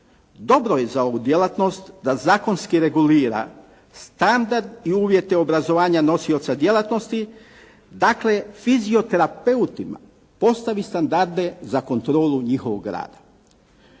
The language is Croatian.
Dobro je za ovu djelatnost da zakonski regulira standard i uvjete obrazovanja nosioca djelatnosti, dakle fizioterapeutima postavi standarde za kontrolu njihovog rada.